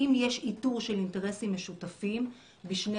אם יש איתור של אינטרסים משותפים בשני